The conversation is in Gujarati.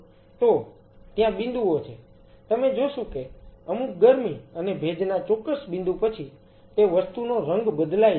તો ત્યાં બિંદુઓ છે તમે જોશો કે અમુક ગરમી અને ભેજના ચોક્કસ બિંદુ પછી તે વસ્તુનો રંગ બદલાય જાય છે